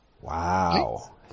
Wow